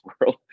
world